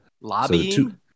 Lobbying